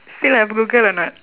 still have google or not